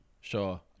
Sure